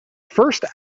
first